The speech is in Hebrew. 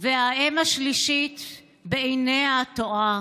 "והאם השלישית בעיניה תועה,